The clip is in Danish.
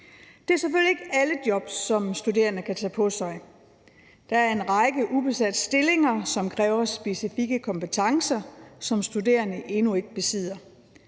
Det er selvfølgelig ikke alle jobs, som studerende kan tage på sig. Der er en række ubesatte stillinger, som kræver specifikke kompetencer, som studerende endnu ikke besidder.